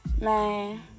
Man